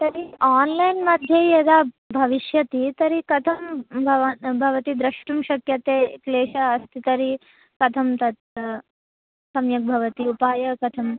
तर्हि आन्लैन् मध्ये यदा भविष्यति तर्हि कथं भवती द्रष्टुं शक्यते क्लेषः अस्ति तर्हि कथं तत्र सम्यक् भवति उपायः कथं